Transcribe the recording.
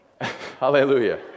Hallelujah